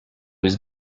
was